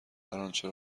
هرچه